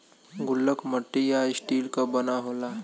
गुल्लक मट्टी या स्टील क बना होला